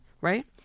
right